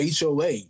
HOA